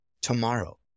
Tomorrow